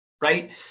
right